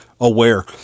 aware